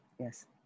Yes